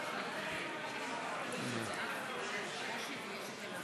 חבר